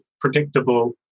predictable